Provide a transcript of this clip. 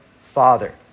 father